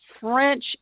French